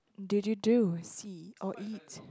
did you do see or eat